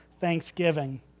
thanksgiving